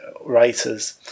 writers